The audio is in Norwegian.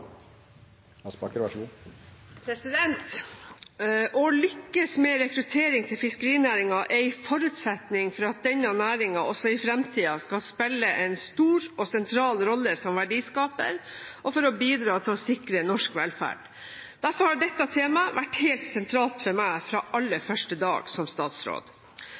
forutsetning for at denne næringen også i fremtiden skal spille en stor og sentral rolle som verdiskaper, og for å bidra til å sikre norsk velferd. Derfor har dette temaet vært helt sentralt for meg fra aller første dag som statsråd.